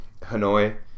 Hanoi